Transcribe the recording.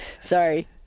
Sorry